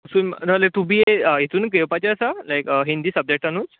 so तूं BA B Ed हितूनूत घेवपाचें आसा लायक हिंदी सब्जक्टानूत